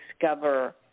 discover